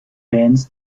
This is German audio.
bands